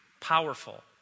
powerful